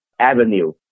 avenue